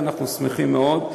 ואנחנו שמחים מאוד.